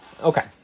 Okay